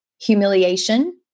Humiliation